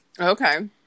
Okay